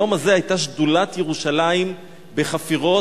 היום הזה היתה שדולת ירושלים בחפירות,